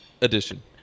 Edition